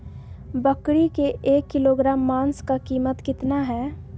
बकरी के एक किलोग्राम मांस का कीमत कितना है?